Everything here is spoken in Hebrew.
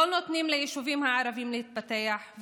לא נותנים ליישובים הערביים להתפתח,